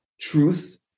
truth